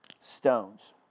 stones